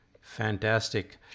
Fantastic